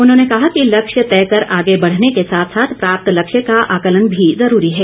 उन्होंने कहा कि लक्ष्य तय कर आगे बढ़ने के साथ साथ प्राप्त लक्ष्य का आंकलन भी जरूरी है